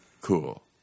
cool